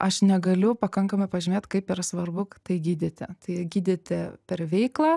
aš negaliu pakankamai pažymėt kaip yra svarbu tai gydyti tai gydyti per veiklą